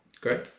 Great